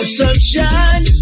sunshine